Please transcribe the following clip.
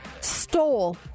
stole